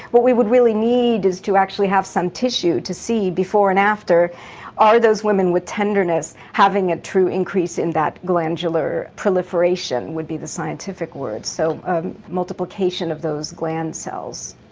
what we really need is to actually have some tissue to see before and after are those women with tenderness having a true increase in that glandular proliferation would be the scientific word, so ah multiplication of those gland cells?